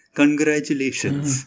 congratulations